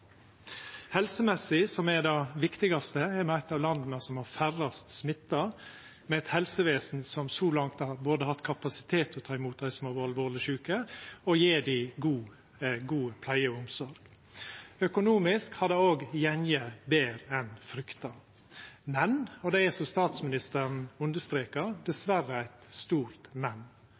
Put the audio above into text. Helsemessig, som er det viktigaste, er me eit av dei landa som har færrast smitta, med eit helsevesen som så langt har hatt kapasitet til både å ta imot dei som har vore alvorleg sjuke, og å gjeve dei god pleie og omsorg. Økonomisk har det òg gått betre enn frykta. Men det er, som statsministeren understreka, diverre eit stort